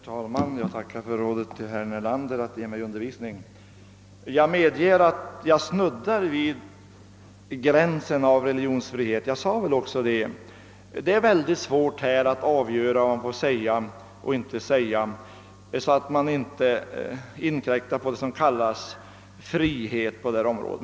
Herr talman! Jag tackar för rådet till herr Nelander att ge mig undervisning. Jag medger att jag snuddar vid gränsen av religionsfrihet. Jag sade väl också det. Det är mycket svårt att avgöra vad man skall få säga och inte säga till eleverna, så att man inte inkräktar på det som kallas frihet på detta område.